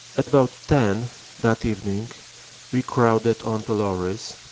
about ten that evening we crowded on to lorries.